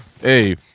Hey